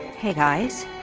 hey guys?